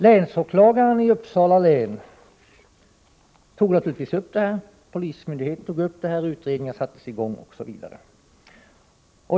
Länsåklagaren i Uppsala län och polismyndigheten tog naturligtvis upp saken, utredning sattes i gång osv.